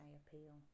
appeal